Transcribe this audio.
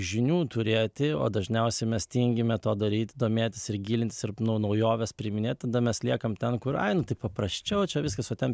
žinių turėti o dažniausiai mes tingime to daryti domėtis ir gilintis ir nu naujoves priiminėt tada mes liekam ten kur ai nu paprasčiau čia viskas o ten